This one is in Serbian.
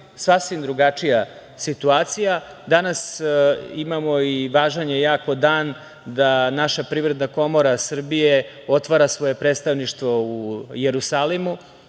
sasvim drugačija situacija. Danas imamo i važan je jako dan da naša Privredna komora Srbije otvara svoje predstavništvo u Jerusalimu,